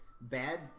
Bad